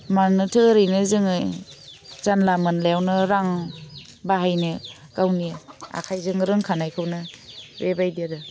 मानोथो ओरैनो जोङो जानला मोनलायावनो रां बाहायनो गावनि आखाइजों रोंखानायखौनो बेबायदि आरो